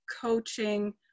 coaching